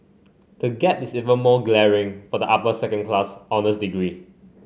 the gap is even more glaring for the upper second class honours degree